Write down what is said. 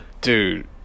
dude